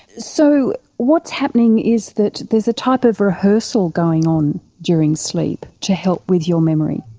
so what's happening is that there is a type of rehearsal going on during sleep to help with your memory.